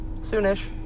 Soonish